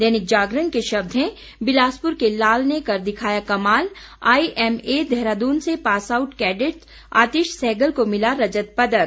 दैनिक जागरण के शब्द हैं बिलासपुर के लाल ने कर दिखाया कमाल आइएमए देहरादून से pass out cadet Atish Sehgal को मिला रजत पदक